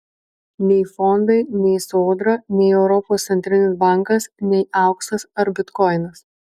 nei fondai nei sodra nei europos centrinis bankas nei auksas ar bitkoinas